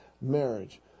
Marriage